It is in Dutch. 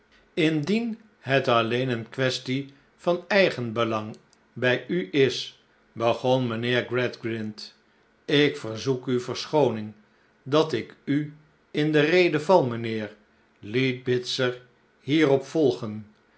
indien het all een eene quaestie van eigenbelang bij u is begon mijnheer gradgrind ik verzoek u verschooning dat ik u in de rede val mijnheer liet bitzer hierop volgen